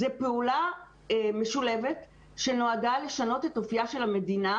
זאת פעולה משולבת שנועדה לשנות את אופייה של המדינה,